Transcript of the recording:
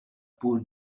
pur